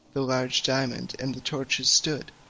the large diamond, and the torches stood,